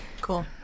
Cool